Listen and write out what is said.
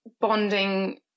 bonding